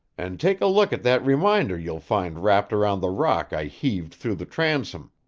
and take a look at that reminder you'll find wrapped around the rock i heaved through the transom.